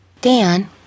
Dan